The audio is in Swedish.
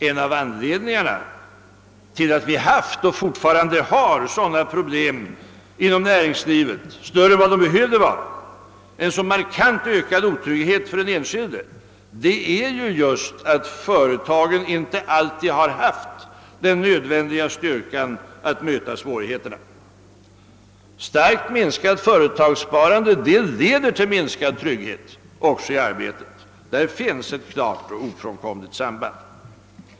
En av anledningarna till att vi haft och fortfarande har sådana problem inom näringslivet — större än de behövde vara — och en så markant ökad otrygghet för den enskilde är ju just att företagen inte alltid har haft den nödvändiga styrkan att möta svårigbeterna. Starkt minskat företagssparande leder till minskad trygghet, också i arbetet; där finns ett klart och ofrånkomligt samband.